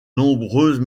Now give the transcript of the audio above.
nombreux